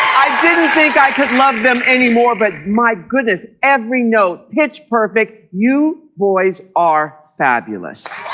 i didn't think i could love them anymore. but my goodness every note pitch perfect. you boys are fabulous,